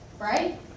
right